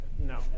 No